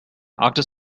after